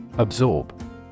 Absorb